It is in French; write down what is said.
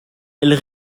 elles